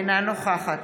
אינה נוכחת